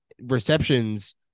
receptions